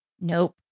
nope